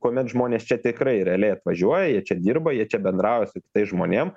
kuomet žmonės čia tikrai realiai atvažiuoja jie čia dirba jie čia bendrauja su kitais žmonėm